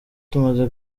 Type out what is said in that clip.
tumaze